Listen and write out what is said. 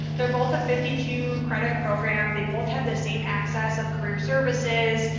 they're both a fifty two credit program. they both have the same access of career services,